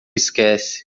esquece